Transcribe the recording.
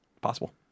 possible